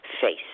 face